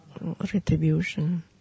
retribution